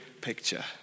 picture